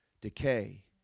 decay